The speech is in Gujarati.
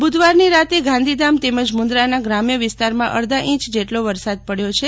બુધવારની રાતે ગાંધીધામ તેમજ મુન્દ્રાના ગ્રામ્ય વિસ્તારમાં અડધા ઇંચ જેટલો વરસાદ પડયો છે